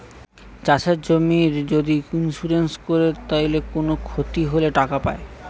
চাষের জমির যদি ইন্সুরেন্স কোরে তাইলে কুনো ক্ষতি হলে টাকা পায়